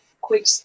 quick